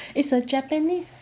is a japanese